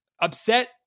upset